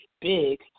big